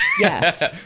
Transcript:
yes